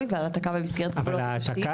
ועל העתקה במסגרת גבולות התשתית.